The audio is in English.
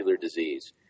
disease